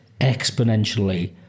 exponentially